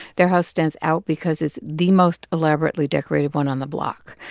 their house stands out because it's the most elaborately decorated one on the block.